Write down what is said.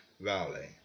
Valley